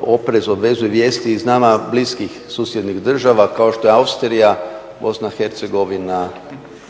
oprez. Vijesti iz nama bliskih susjednih država kao što je Austrija, BiH, Kosovo